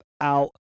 out